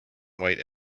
white